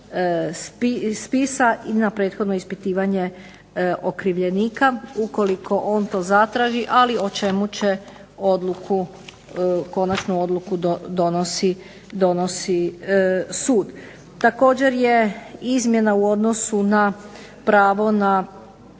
na prethodno ispitivanje okrivljenika ukoliko on to zatraži ali o čemu će odluku, konačnu odluku donosi sud. Također je izmjena u odnosu na pravo na